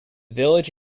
village